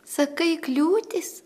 sakai kliūtis